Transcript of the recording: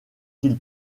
qu’il